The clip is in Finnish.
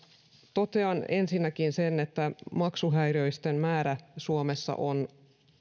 totean ensinnäkin sen että maksuhäiriöisten määrä suomessa on